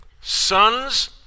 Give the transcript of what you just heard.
Sons